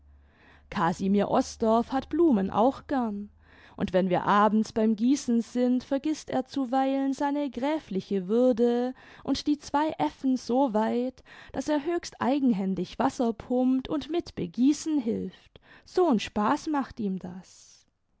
casimir osdorff hat blumen auch gern und wenn wir abends beim gießen sind vergißt er zuweilen seine gräfliche würde und die zyei f'n soweit daß er höchst eigenhändig wasser pumpt iind mit begießen hilft so'n spaß macht ihm das